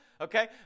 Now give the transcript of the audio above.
Okay